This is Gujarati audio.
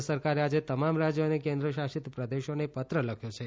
કેન્દ્ર સરકારે આજે તમામ રાજ્યો અને કેન્દ્રશાસિત પ્રદેશોને પત્ર લખ્યો છે